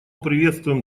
приветствуем